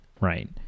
Right